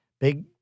big